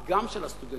היא גם של הסטודנטים,